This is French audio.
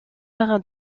marin